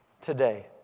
today